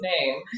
name